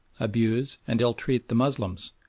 abuse, and ill-treat the moslems.